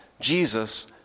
Jesus